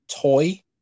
toy